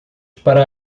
para